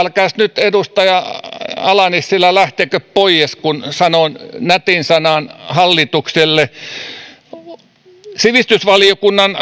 älkääs nyt edustaja ala nissilä lähtekö poies kun sanon nätin sanan hallitukselle sivistysvaliokunnan